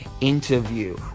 interview